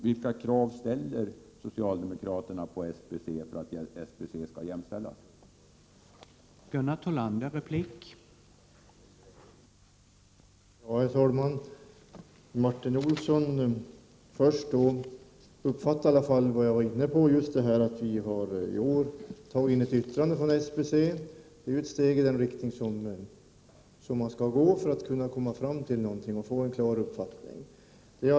Vilka krav ställer socialdemokraterna på SBC för att SBC skall jämställas med HSB och Riksbyggen?